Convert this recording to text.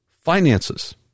finances